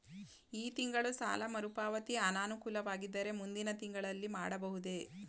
ಈ ತಿಂಗಳು ಸಾಲ ಮರುಪಾವತಿ ಅನಾನುಕೂಲವಾಗಿದ್ದರೆ ಮುಂದಿನ ತಿಂಗಳಲ್ಲಿ ಮಾಡಬಹುದೇ?